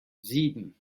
sieben